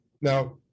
Now